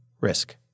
risk